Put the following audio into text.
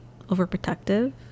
overprotective